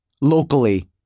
locally